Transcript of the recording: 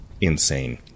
insane